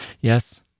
Yes